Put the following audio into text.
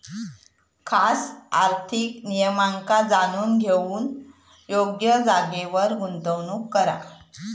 खास आर्थिक नियमांका जाणून घेऊन योग्य जागेर गुंतवणूक करा